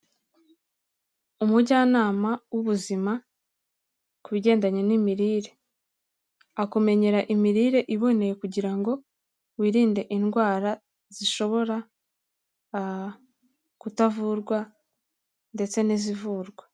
Umujyanama w'ubuzima ku bijyendanye n'imirire. Akumenyera imirire iboneye kugira ngo wirinde indwara zishobora kutavurwa ndetse n'izivurwa.